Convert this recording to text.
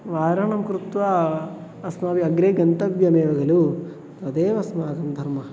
वारणं कृत्वा अस्माभिः अग्रे गन्तव्यमेव खलु तदेव अस्माकं धर्मः